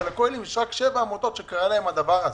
שלכוללים יש רק שבע עמותות שקרה להם הדבר הזה.